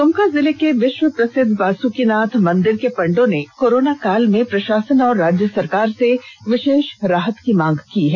द्मका जिले के विश्व प्रसिद्ध बासुकीनाथ मंदिर के पंडों ने कोरोना काल में प्रशासन और राज्य सरकार से विशेष राहत की मांग की है